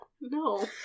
No